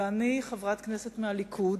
ואני חברת כנסת מהליכוד,